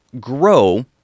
grow